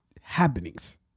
happenings